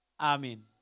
Amen